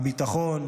הביטחון,